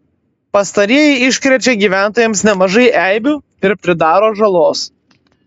pastarieji iškrečia gyventojams nemažai eibių ir pridaro žalos